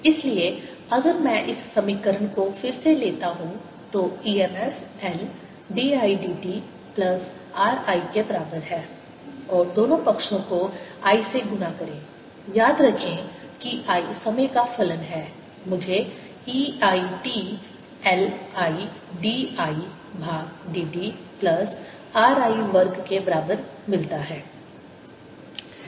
इसलिए अगर मैं इस समीकरण को फिर से लेता हूं तो EMF L d I dt plus RI के बराबर है और दोनों पक्षों को I से गुणा करें याद रखें कि I समय का फलन है मुझे e I t LI dI भाग dt प्लस RI वर्ग के बराबर मिलता है